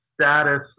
status